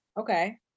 okay